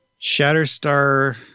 Shatterstar